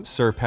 Sir